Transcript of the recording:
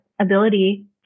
ability